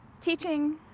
teaching